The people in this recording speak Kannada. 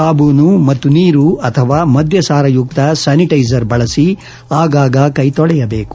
ಸಾಬೂನು ಮತ್ತು ನೀರು ಅಥವಾ ಮದ್ಯಸಾರಯುಕ್ತ ಸ್ಥಾನಿಟೈಜರ್ ಬಳಸಿ ಆಗಾಗ ಕೈ ತೊಳೆಯಬೇಕು